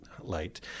light